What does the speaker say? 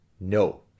No